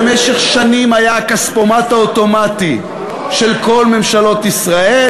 שבמשך שנים היה הכספומט האוטומטי של כל ממשלות ישראל,